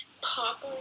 pop